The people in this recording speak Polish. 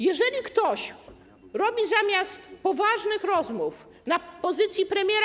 Jeżeli ktoś robi zamiast poważnych rozmów na pozycji premiera.